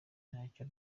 ntacyo